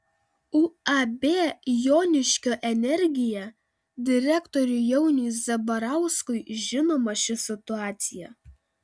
uab joniškio energija direktoriui jauniui zabarauskui žinoma ši situacija